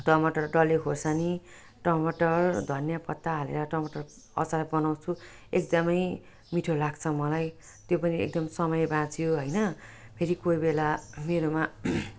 टमाटर डल्ले खुर्सानी टमाटर धनियाँ पत्ता हालेर टमाटर अचार बनाउँछु एकदम मिठो लाग्छ मलाई त्यो पनि एकदम समय बाँच्योँ होइन फेरि कोही बेला मेरोमा